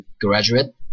graduate